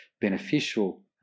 beneficial